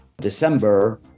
December